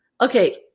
Okay